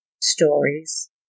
stories